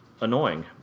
annoying